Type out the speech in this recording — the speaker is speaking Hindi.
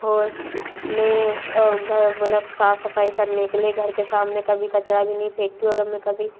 और मैं घर मतलब साफ सफाई करने के लिए घर के सामने कभी कचड़ा भी नहीं फेंकती हूँ अगर मैं कभी